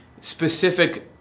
specific